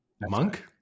Monk